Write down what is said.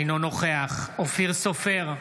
אינו נוכח אופיר סופר,